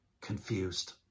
confused